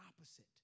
opposite